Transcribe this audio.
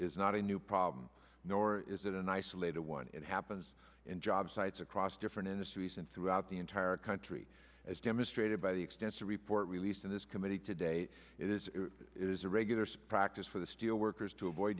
is not a new problem nor is it an isolated one it happens in job sites across different industries and throughout the entire country as demonstrated by the extensive report released in this committee today it is it is a regular some practice for the steelworkers to avoid